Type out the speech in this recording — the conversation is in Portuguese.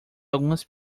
algumas